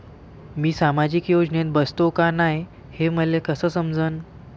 मी सामाजिक योजनेत बसतो का नाय, हे मले कस समजन?